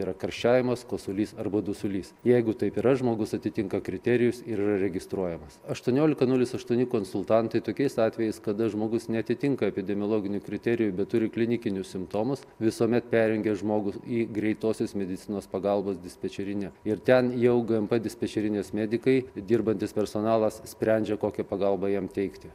yra karščiavimas kosulys arba dusulys jeigu taip yra žmogus atitinka kriterijus ir yra registruojamas aštuoniolika nulis aštuoni konsultantai tokiais atvejais kada žmogus neatitinka epidemiologinių kriterijų bet turi klinikinius simptomus visuomet perrengia žmogų į greitosios medicinos pagalbos dispečerinę ir ten jau gmp dispečerinės medikai dirbantis personalas sprendžia kokią pagalbą jam teikti